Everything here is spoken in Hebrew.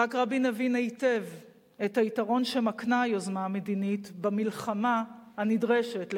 יצחק רבין הבין היטב את היתרון שמקנה היוזמה המדינית במלחמה הנדרשת,